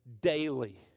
daily